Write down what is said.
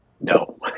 No